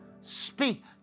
speak